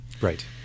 right